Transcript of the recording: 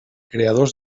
creadors